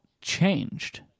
changed